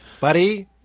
Buddy